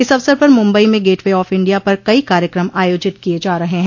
इस अवसर पर मुंबई में गेटवे ऑफ इंडिया पर कई कार्यक्रम आयोजित किये जा रहे हैं